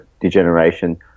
degeneration